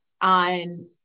on